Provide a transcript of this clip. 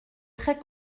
très